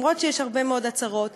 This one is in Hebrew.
למרות שיש הרבה מאוד הצהרות,